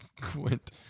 Quint